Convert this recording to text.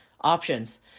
options